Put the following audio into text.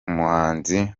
umuhanzi